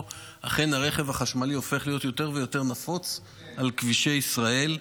אכן הרכב החשמלי הופך להיות יותר ויותר נפוץ על כבישי ישראל.